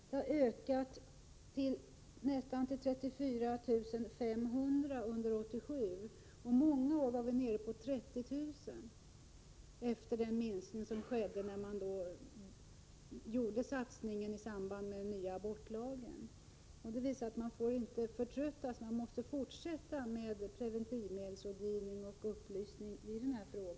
De har ökat till nästan 34 500 under 1987, medan vi i många år har varit nere på 30 000 efter den minskning som skedde vid satsningen i samband med den nya abortlagen. Det visar att man inte får förtröttas. Man måste fortsätta med preventivmedelsrådgivning och upplysning i den här frågan.